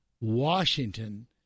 Washington